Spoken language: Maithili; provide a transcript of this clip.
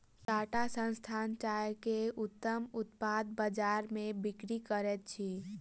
टाटा संस्थान चाय के उत्तम उत्पाद बजार में बिक्री करैत अछि